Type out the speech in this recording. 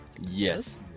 Yes